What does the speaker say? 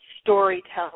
storytelling